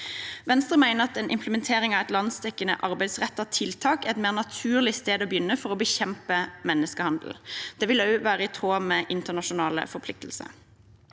Venstre mener at en implementering av et landsdekkende arbeidsrettet tiltak er et mer naturlig sted å begynne for å bekjempe menneskehandel. Det vil også være i tråd med internasjonale forpliktelser.